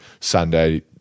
Sunday